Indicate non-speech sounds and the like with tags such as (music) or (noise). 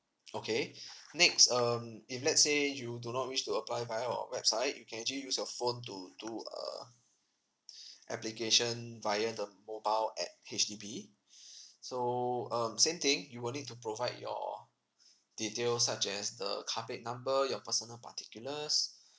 okay (breath) next um if let's say you do not wish to apply via our website you can actually use your phone to do a (breath) application via the mobile app H_D_B (breath) so um same thing you will need to provide your (breath) details such as the car plate number your personal particulars (breath)